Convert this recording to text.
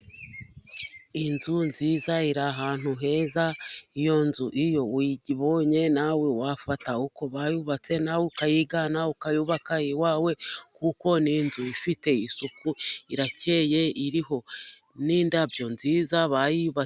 Inzu nziza iri ahantu heza, iyo nzu iyo uyiyibonye nawe wafata uko bayubatse nawe ukayigana ukayubaka iwawe, kuko n'inzu ifite isuku irakeye iriho n'indabyo nziza bayubatse.